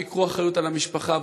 לא ייקחו אחריות על המשפחה,